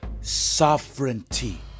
sovereignty